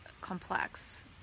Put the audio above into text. complex